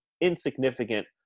insignificant